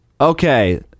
Okay